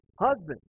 Husband